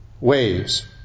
waves